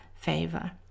favor